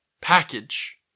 package